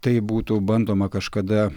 taip būtų bandoma kažkada